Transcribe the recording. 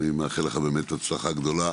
אני מאחל לך באמת הצלחה גדולה.